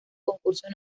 concursos